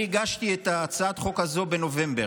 אני הגשתי את הצעת החוק הזאת בנובמבר.